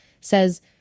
says